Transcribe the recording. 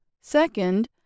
Second